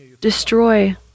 destroy